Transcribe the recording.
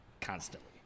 constantly